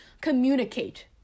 Communicate